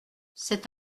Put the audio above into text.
cet